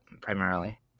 primarily